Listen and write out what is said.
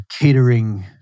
catering